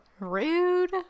rude